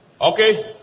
Okay